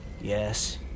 yes